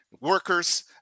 workers